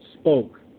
spoke